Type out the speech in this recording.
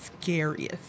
scariest